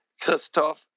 Christoph